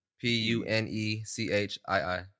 P-U-N-E-C-H-I-I